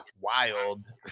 wild